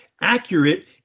Accurate